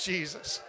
Jesus